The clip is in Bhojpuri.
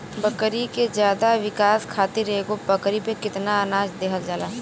बकरी के ज्यादा विकास खातिर एगो बकरी पे कितना अनाज देहल जाला?